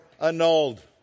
annulled